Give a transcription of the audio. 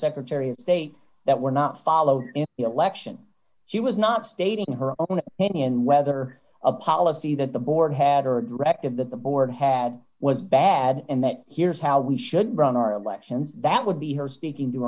secretary of state that were not followed in the election she was not stating her own opinion whether a policy that the board had or a directive that the board had was bad and that here's how we should run our elections that would be her speaking